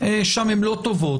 שם אינן טובות,